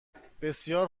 بسیار